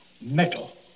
Metal